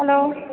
hello